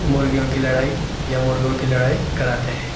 مرغیوں کی لڑائی یا مرغوں کی لڑائی کراتے ہیں